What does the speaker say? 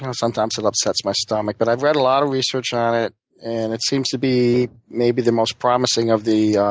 you know sometimes it upsets my stomach. but i've read a lot of research on it and it seems to be maybe the most promising of the